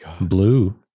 Blue